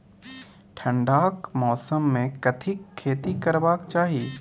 ठंडाक मौसम मे कथिक खेती करबाक चाही?